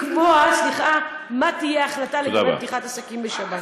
לקבוע מה תהיה ההחלטה לגבי פתיחת עסקים בשבת.